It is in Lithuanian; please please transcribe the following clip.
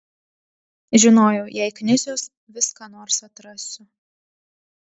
žinojau jei knisiuos vis ką nors atrasiu